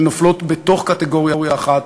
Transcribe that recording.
שנופלים בתוך קטגוריה אחת,